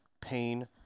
pain